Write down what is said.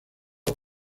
all